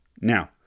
Now